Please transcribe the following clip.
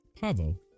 Pavo